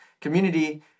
community